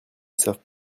savent